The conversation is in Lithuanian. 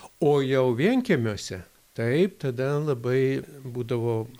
o jau vienkiemiuose taip tada labai būdavo